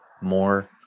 more